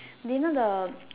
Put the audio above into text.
did you know the